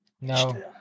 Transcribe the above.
No